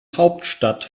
hauptstadt